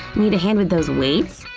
need a hand with those weights?